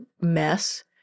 mess